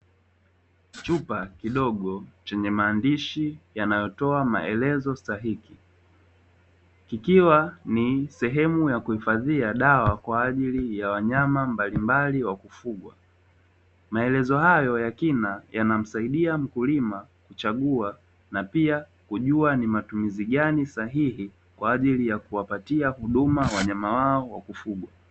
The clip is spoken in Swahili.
Chupa kidogo chenye maandishi yanayotoa maelezo stahiki, kikiwa ni sehemu ya kuhifadhia dawa kwa ajili ya wanyama mbalimbali wa kufugwa. Maelezo hayo ya kina yanamsaidia mkulima kuchagua, na pia kujua ni matumizi gani sahihi kwa ajili ya kuwapatia huduma wanyama wao wa kufugwa.